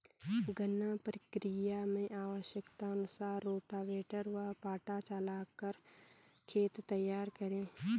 गन्ना प्रक्रिया मैं आवश्यकता अनुसार रोटावेटर व पाटा चलाकर खेत तैयार करें